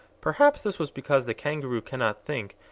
perhaps this was because the kangaroo cannot think,